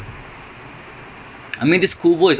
வந்துச்சு:vanthuchu